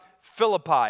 Philippi